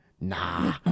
Nah